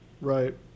Right